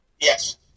Yes